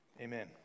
Amen